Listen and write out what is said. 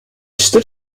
stood